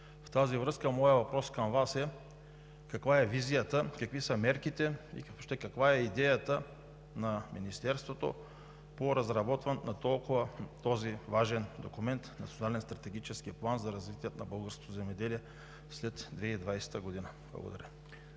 В тази връзка моят въпрос към Вас е: каква е визията, какви са мерките, каква е идеята на Министерството по разработването на този важен документ в национален стратегически план за развитието на българското земеделие след 2020 г.? Благодаря.